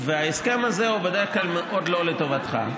ההסכם הזה הוא בדרך כלל מאוד לא לטובתך.